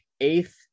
eighth